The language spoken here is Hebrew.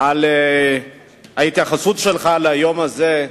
את ההתייחסות שלך ליום הזה.